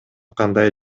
кандай